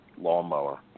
lawnmower